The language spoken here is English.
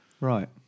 right